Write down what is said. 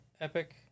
epic